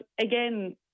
again